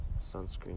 sunscreen